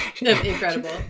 incredible